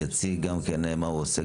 יציג גם מה הוא עושה,